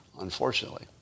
unfortunately